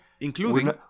Including